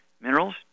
minerals